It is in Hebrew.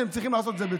שצריכים לעשות את זה.